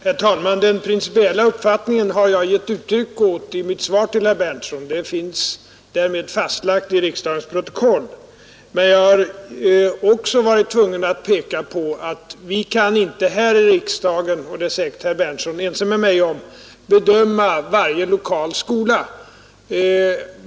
Herr talman! Den principiella uppfattningen har jag givit uttryck för i mitt svar till herr Berndtson i Linköping, och den finns därmed fastslagen i riksdagens protokoll. Men jag har också varit tvungen att peka på att vi kan inte här i riksdagen — herr Berndtson är säkerligen ense med mig om detta — bedöma varje lokal skola.